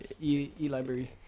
E-library